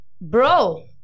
bro